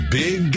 big